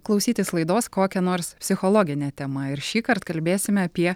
klausytis laidos kokia nors psichologine tema ir šįkart kalbėsime apie